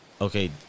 Okay